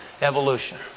evolution